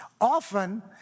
Often